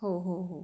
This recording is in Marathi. हो हो हो